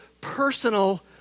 personal